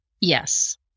Yes